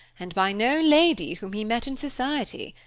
and by no lady whom he met in society.